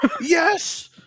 Yes